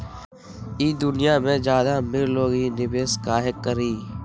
ई दुनिया में ज्यादा अमीर लोग ही निवेस काहे करई?